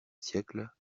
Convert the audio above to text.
siècle